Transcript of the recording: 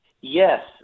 Yes